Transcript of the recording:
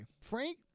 Frank